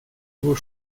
vos